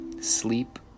sleep